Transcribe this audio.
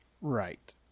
Right